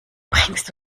bringst